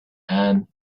and